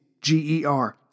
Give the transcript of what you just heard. G-E-R